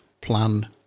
plan